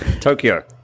Tokyo